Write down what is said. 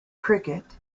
cricket